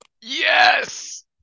Yes